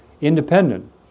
independent